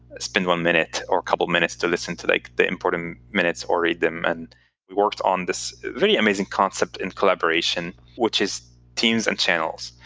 spend one minute or a couple of minutes to listen to like the important minutes, or read them. and we worked on this really amazing concept in collaboration, which is teams and channels.